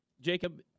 Jacob